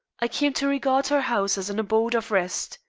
i came to regard her house as an abode of rest.